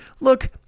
look